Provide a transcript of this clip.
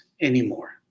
anymore